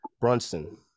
Brunson